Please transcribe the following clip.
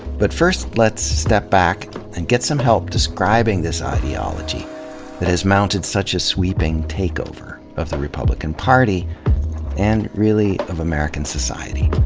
but first let's step back and get some help describing this ideology that has mounted such a sweeping takeover of the republican party and, really, of american society.